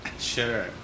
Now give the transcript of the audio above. Sure